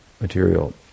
material